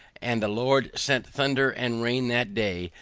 and the lord sent thunder and rain that day,